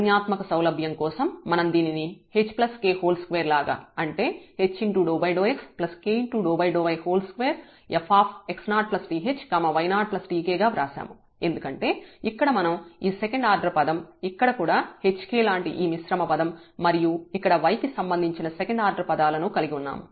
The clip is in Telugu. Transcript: సంజ్ఞాత్మక సౌలభ్యం కోసం మనం దీనిని hk2 లాగా అంటే h∂xk∂y2fx0th y0tk గా వ్రాశాము ఎందుకంటే ఇక్కడ మనం ఈ సెకండ్ ఆర్డర్ పదం ఇక్కడ కూడా hk లాంటి ఈ మిశ్రమ పదం మరియు ఇక్కడ y కి సంబంధించిన సెకండ్ ఆర్డర్ పదాలను కలిగి ఉన్నాము